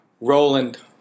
Roland